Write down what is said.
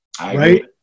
Right